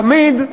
תמיד,